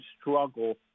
struggle